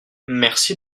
merci